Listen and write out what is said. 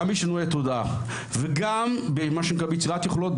גם בשינוי התודעה וגם ביצירת יכולות,